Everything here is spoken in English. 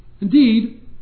Indeed